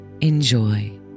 enjoy